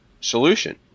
solution